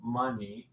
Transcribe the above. money